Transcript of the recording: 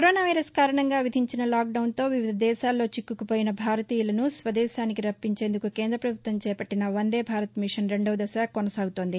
corona virus కారణంగా విధించిన లాక్డౌన్తో వివిధ దేశాల్లో చిక్కుకుపోయిన భారతీయులను స్వదేశానికి రప్పించేందుకు కేంద్ర ప్రభుత్వం చేపట్లిన వందేభారత్ మిషన్ రెండవ దశ కొనసాగుతోంది